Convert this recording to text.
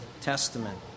Testament